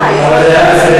שיושבת מאחור,